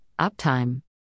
uptime